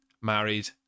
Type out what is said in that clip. married